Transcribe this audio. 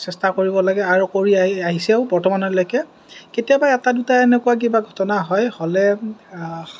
চেষ্টা কৰিব লাগে আৰু কৰি আহিছেও বৰ্তমানলৈকে কেতিয়াবা এটা দুটা এনেকুৱা কিবা ঘটনা হয় হ'লে